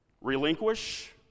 Relinquish